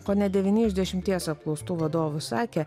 kone devyni iš dešimties apklaustų vadovų sakė